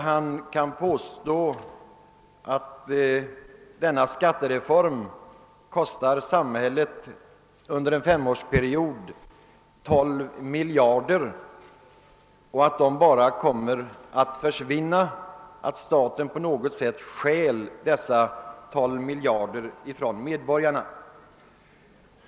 Han påstod att skattereformen under en femårsperiod kostar samhället 12 miljarder kronor och att de pengarna bara kommer att försvinna -— att staten på något sätt stjäl dessa 12 miljarder kronor från medborgarna.